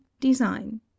Design